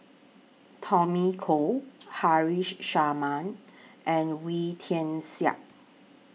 Tommy Koh Haresh Sharma and Wee Tian Siak